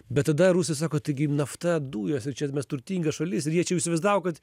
bet tada rusai sako taigi nafta dujos ir čia mes turtinga šalis ir jie čia jau įsivaizdavo kad